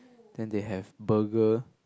then they have burger